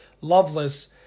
loveless